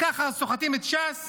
ככה סוחטים את ש"ס